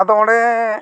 ᱟᱫᱚ ᱚᱸᱰᱮ